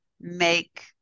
make